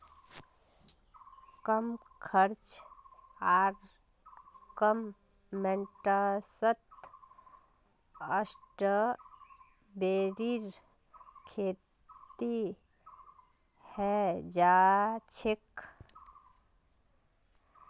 कम खर्च आर कम मेंटेनेंसत स्ट्रॉबेरीर खेती हैं जाछेक